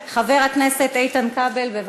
חבר הכנסת איתן כבל, בבקשה.